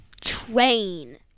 Train